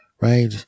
right